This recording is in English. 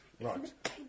Right